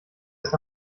ist